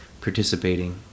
participating